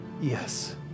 Yes